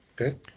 Okay